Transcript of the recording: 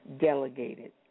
delegated